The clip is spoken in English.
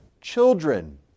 children